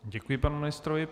Děkuji panu ministrovi.